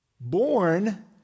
born